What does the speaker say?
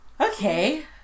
Okay